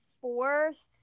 fourth